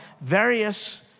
various